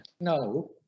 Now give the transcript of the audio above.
No